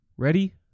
Ready